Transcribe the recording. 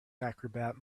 acrobat